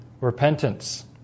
repentance